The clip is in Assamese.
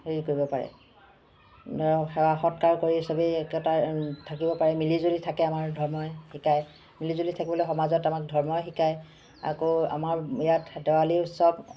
হেৰি কৰিব পাৰে সেৱা সৎকাৰ কৰি চবে একেটাই থাকিব পাৰে মিলি জুলি থাকে আমাৰ ধৰ্মই শিকায় মিলি জুলি থাকিবলৈ সমাজত আমাক ধৰ্মই শিকায় আকৌ আমাৰ ইয়াত দেৱালী উৎসৱ